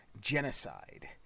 genocide